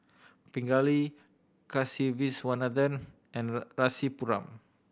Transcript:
Pingali Kasiviswanathan and Rasipuram